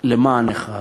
למען אחיו,